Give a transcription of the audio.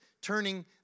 turning